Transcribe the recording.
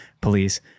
police